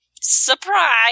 Surprise